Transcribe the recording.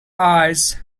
eyes